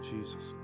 Jesus